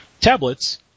tablets